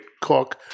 cook